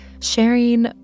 sharing